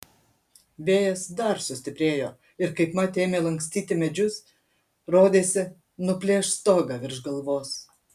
vėjas dar sustiprėjo ir kaipmat ėmė lankstyti medžius rodėsi nuplėš stogą virš galvos